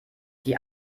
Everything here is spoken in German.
die